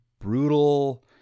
brutal